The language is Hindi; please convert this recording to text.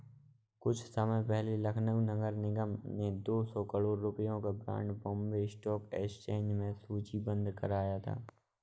कुछ समय पहले लखनऊ नगर निगम ने दो सौ करोड़ रुपयों का बॉन्ड बॉम्बे स्टॉक एक्सचेंज में सूचीबद्ध कराया था